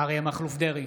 אריה מכלוף דרעי,